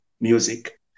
music